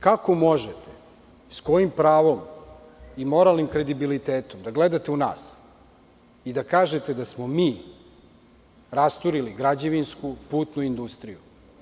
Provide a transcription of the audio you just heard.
Kako možete, sa kojim pravom i moralnim kredibilitetom da gledate u nas i da kažete da smo mi rasturili građevinsku putnu industriju?